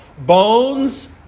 Bones